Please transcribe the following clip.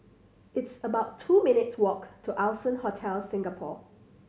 it's about two minutes' walk to Allson Hotel Singapore